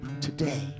today